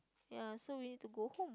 ya so we need to go home